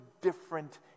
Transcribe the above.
different